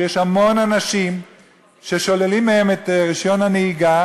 שיש המון אנשים ששוללים להם את רישיון הנהיגה